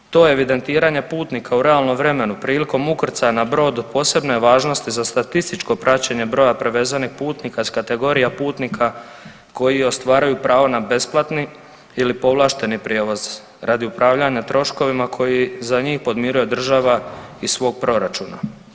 To evidentiranje putnika u realnom vremenu prilikom ukrcaja na brod od posebne je važnosti za statističko praćenje broja prevezenih putnika s kategorija putnika koji ostvaruju pravo na besplatni ili povlašteni prijevoz radi upravljanja troškovima koji za njih podmiruje država iz svog proračuna.